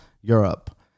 Europe